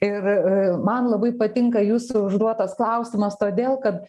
ir man labai patinka jūsų užduotas klausimas todėl kad